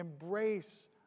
Embrace